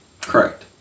Correct